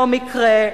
לא מקרה,